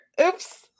Oops